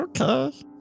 Okay